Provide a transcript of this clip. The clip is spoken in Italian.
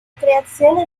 creazione